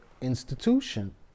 institution